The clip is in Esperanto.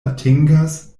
atingas